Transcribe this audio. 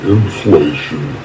Inflation